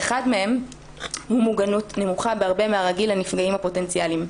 אחד מהם הוא מוגנות נמוכה בהרבה מהרגיל לנפגעים הפוטנציאליים.